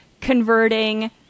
converting